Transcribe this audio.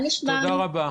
תודה רבה.